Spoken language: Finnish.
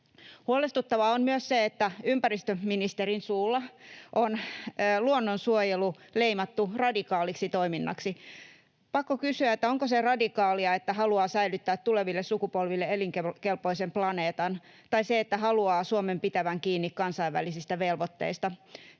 Huolestuttavaa on myös se, että ympäristöministerin suulla on luonnonsuojelu leimattu radikaaliksi toiminnaksi. On pakko kysyä, onko se radikaalia, että haluaa säilyttää tuleville sukupolville elinkelpoisen planeetan, tai se, että haluaa Suomen pitävän kiinni kansainvälisistä velvoitteista.